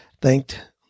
thanked